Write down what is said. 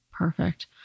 Perfect